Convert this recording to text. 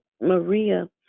Maria